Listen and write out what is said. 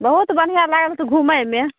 बहुत बढ़िआँ लागल की घुमय मे